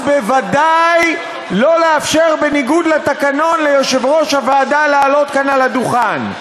ובוודאי לא לאפשר בניגוד לתקנון ליושב-ראש הוועדה לעלות כאן על הדוכן.